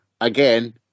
again